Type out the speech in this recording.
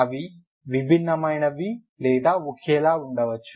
అవి విభిన్నమైనవి లేదా ఒకేలా ఉండవచ్చు